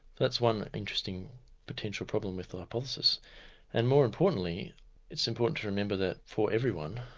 that's one interesting potential problem with the hypothesis and more importantly it's important to remember that for everyone,